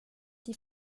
die